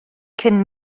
cyn